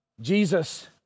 Jesus